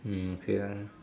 hmm okay lah